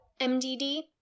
MDD